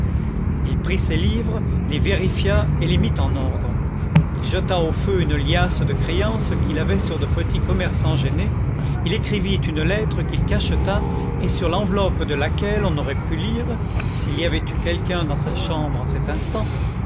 il prit ses livres les vérifia et les mit en ordre il jeta au feu une liasse de créances qu'il avait sur de petits commerçants gênés il écrivit une lettre qu'il cacheta et sur l'enveloppe de laquelle on aurait pu lire s'il y avait eu quelqu'un dans sa chambre en cet instant